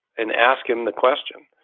and ask him the question.